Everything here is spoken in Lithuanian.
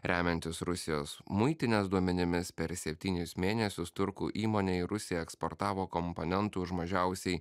remiantis rusijos muitinės duomenimis per septynis mėnesius turkų įmonė į rusiją eksportavo komponentų už mažiausiai